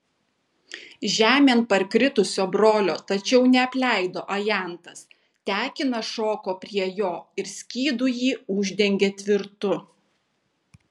žemėn parkritusio brolio tačiau neapleido ajantas tekinas šoko prie jo ir skydu jį uždengė tvirtu